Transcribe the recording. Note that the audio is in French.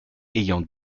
ayant